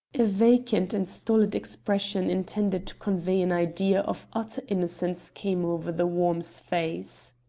vacant and stolid expression intended to convey an idea of utter innocence came over the worm's face.